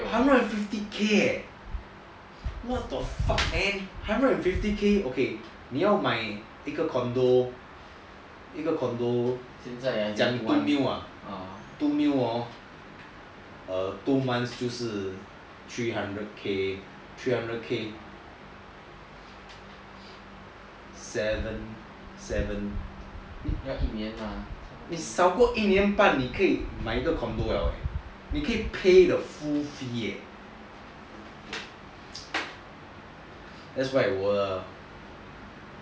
hundred and fifty K eh what the fuck man hundred and fifty K okay 你要买一个 condo 一个 condo two mil ah two mil hor err two months 就是 three hundred K three hundred K seven is 少过一年半你可以买一个 condo liao leh 你可以 pay the full